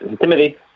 Timothy